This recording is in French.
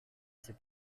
ses